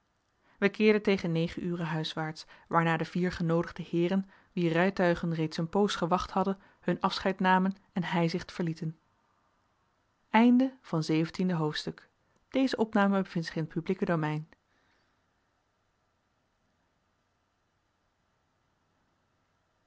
wij keerden tegen negen uren huiswaarts waarna de vier genoodigde heeren wier rijtuigen reeds een poos gewacht hadden hun afscheid namen en heizicht verlieten achttiende hoofdstuk